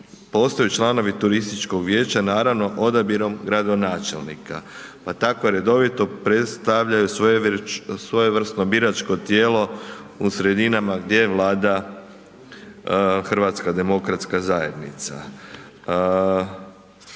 članovi turističkog vijeća, naravno odabirom gradonačelnika pa tako redovito predstavljaju svojevrsno biračko tijelo u sredinama gdje vlada HDZ. Što se tiče